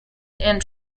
and